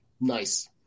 Nice